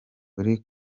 kuri